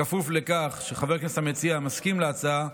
בכפוף לכך שחבר הכנסת המציע מסכים להצעה,